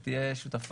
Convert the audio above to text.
היא תהיה שותפה,